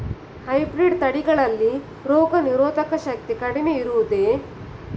Hybrid ತಳಿಗಳಲ್ಲಿ ರೋಗನಿರೋಧಕ ಶಕ್ತಿ ಕಡಿಮೆ ಇರುವುದೇ?